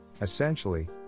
Essentially